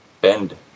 bend